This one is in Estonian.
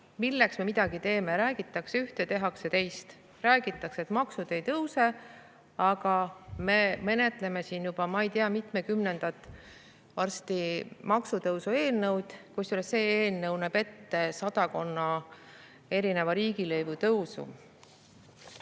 milleks me midagi teeme. Räägitakse üht, aga tehakse teist. Räägitakse, et maksud ei tõuse, aga me menetleme siin juba ma ei tea mitmekümnendat maksutõusu eelnõu, kusjuures see eelnõu näeb ette sadakonna erineva riigilõivu tõusu.